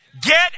Get